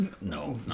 No